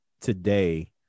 today